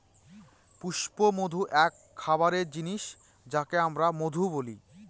পুষ্পমধু এক খাবারের জিনিস যাকে আমরা মধু বলি